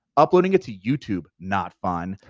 uploading it to youtube, not fun,